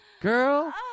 girl